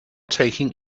taking